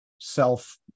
self